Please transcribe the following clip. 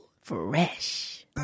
fresh